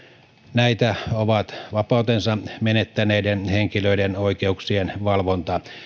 näitä ovat vapautensa menettäneiden henkilöiden oikeuksien valvonta